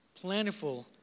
plentiful